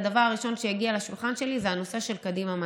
הדבר הראשון שהגיע לשולחן שלי זה הנושא של קדימה מדע.